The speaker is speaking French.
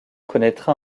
connaîtra